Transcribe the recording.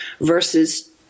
versus